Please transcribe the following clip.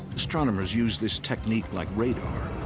astronomers use this technique like radar.